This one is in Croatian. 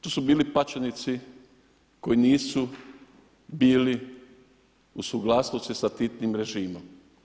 To su bili pačenici koji nisu bili u suglasnosti sa Titinim režimom.